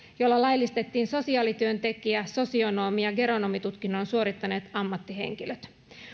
jolla laillistettiin sosiaalityöntekijä sosionomi ja geronomitutkinnon suorittaneet ammattihenkilöt